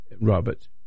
Robert